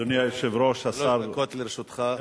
אדוני היושב-ראש, שלוש דקות לרשותך.